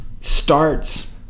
starts